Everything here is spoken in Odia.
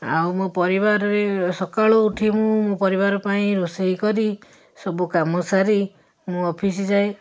ଆଉ ମୋ ପରିବାରରେ ସକାଳୁ ଉଠି ମୁଁ ପରିବାର ପାଇଁ ରୋଷେଇ କରି ସବୁ କାମ ସାରି ମୁଁ ଅଫିସ୍ ଯାଏ